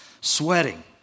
sweating